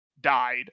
died